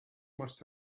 must